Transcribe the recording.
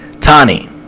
Tani